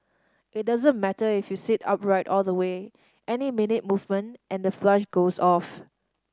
it doesn't matter if you sit upright all the way any minute movement and the flush goes off